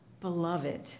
Beloved